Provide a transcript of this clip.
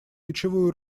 ключевую